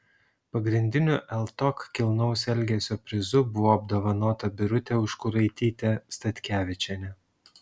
pagrindiniu ltok kilnaus elgesio prizu buvo apdovanota birutė užkuraitytė statkevičienė